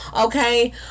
Okay